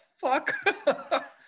fuck